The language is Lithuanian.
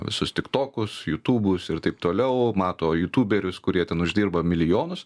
visus tiktokus jutūbus ir taip toliau mato jutūberius kurie ten uždirba milijonus